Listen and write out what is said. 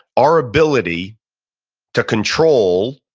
our ability to control,